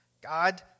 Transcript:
God